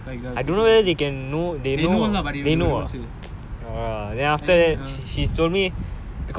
oh don't know also they they won't say won't say the people won't say who say they know but they won't say